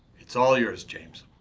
it's all yours, james.